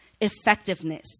effectiveness